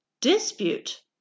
Dispute